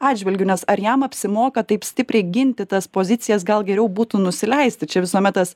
atžvilgiu nes ar jam apsimoka taip stipriai ginti tas pozicijas gal geriau būtų nusileisti čia visuomet tas